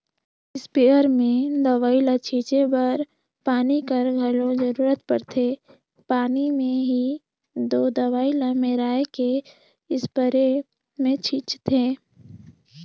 sprayer में दवई छींचे बर पानी कर घलो जरूरत परथे पानी में ही दो दवई ल मेराए के इस्परे मे छींचथें